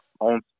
own